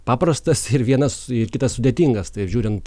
paprastas ir vienas kitas sudėtingas tai žiūrint